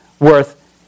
worth